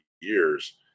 years